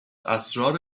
اسرار